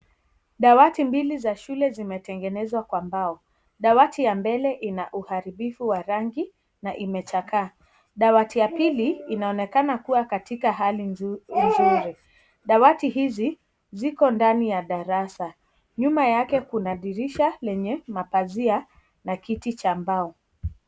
Dawati mbili za shule zimetengenezwa kwa mbao. Dawati ya mbele ina uharibifu wa rangi, na imechakaa. Dawati ya pili inaonekana kuwa katika hali nzuri. Dawati hizi, ziko ndani ya darasa. Nyuma yake kuna dirisha lenye mapazia, na kiti cha mbao.